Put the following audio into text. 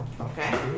Okay